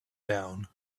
down